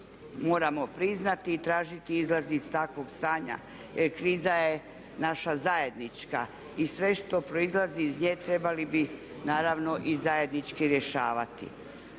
moramo priznati i tražiti izlaz iz takvog stanja jer kriza je naša zajednička. I sve što proizlazi iz nje trebali bi naravno i zajednički rješavati.